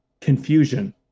confusion